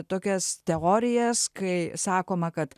tokias teorijas kai sakoma kad